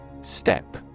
Step